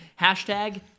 Hashtag